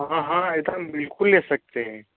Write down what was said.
हाँ हाँ हाँ ऐसा बिल्कुल ले सकते हैं